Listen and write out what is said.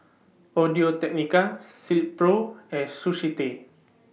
Audio Technica Silkpro and Sushi Tei